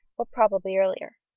or probably earlier.